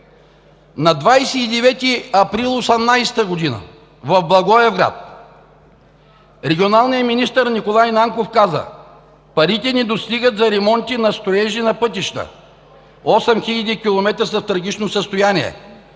На 29 април 2018 г. в Благоевград регионалният министър Николай Нанков каза: „Парите не достигат за ремонти, за строежи на пътища. Осем хиляди километра са в трагично състояние.